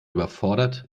überfordert